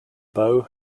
beau